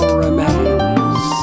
remains